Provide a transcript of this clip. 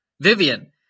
Vivian